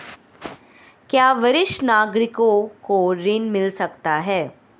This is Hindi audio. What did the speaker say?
क्या वरिष्ठ नागरिकों को ऋण मिल सकता है?